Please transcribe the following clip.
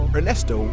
Ernesto